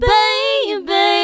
Baby